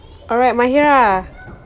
alright mahirah